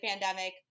pandemic